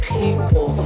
people